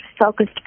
focused